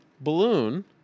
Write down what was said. balloon